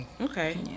Okay